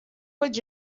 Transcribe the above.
would